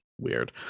weird